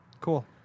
Cool